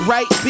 Right